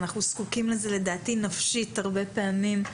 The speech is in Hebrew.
אנחנו זקוקים לזה לדעתי נפשית הרבה פעמים.